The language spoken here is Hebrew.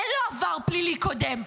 אין לו עבר פלילי קודם,